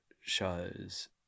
shows